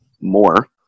more